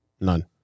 None